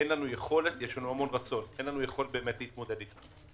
יש לנו רצון - אין לנו יכולת להתמודד איתה.